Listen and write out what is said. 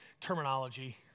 terminology